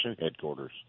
headquarters